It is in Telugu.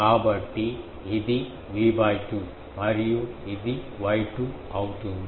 కాబట్టి ఇది V 2 మరియు ఇది Y2 అవుతుంది